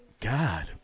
God